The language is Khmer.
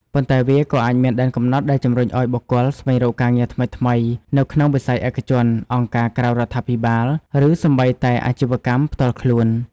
ប៉ុន្តែវាក៏អាចមានដែនកំណត់ដែលជំរុញឱ្យបុគ្គលស្វែងរកឱកាសថ្មីៗនៅក្នុងវិស័យឯកជន អង្គការក្រៅរដ្ឋាភិបាល ឬសូម្បីតែអាជីវកម្មផ្ទាល់ខ្លួន។